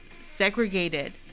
segregated